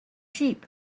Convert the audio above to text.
sheep